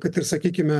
kad ir sakykime